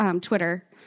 Twitter